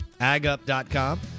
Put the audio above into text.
agup.com